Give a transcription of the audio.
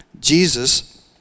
Jesus